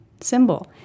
symbol